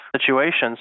situations